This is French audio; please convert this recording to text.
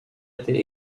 été